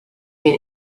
been